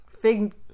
fig